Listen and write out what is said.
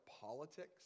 politics